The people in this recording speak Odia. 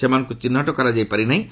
ସେମାନଙ୍କୁ ଚିହ୍ନଟ କରାଯାଇ ପାରିନାହିଁ